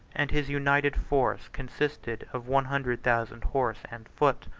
and his united force consisted of one hundred thousand horse and foot.